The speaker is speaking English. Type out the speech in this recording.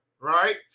right